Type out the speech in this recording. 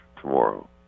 tomorrow